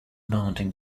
mountain